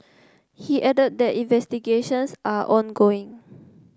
he added that investigations are ongoing